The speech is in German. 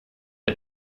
der